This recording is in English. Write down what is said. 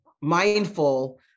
mindful